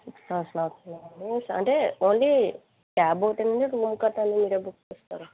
అంటే only cab ఒకటేనా అండి సుమో కార్ ఏమన్న మీ దగ్గరికి వస్తాయా